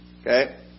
Okay